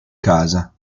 casa